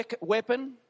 weapon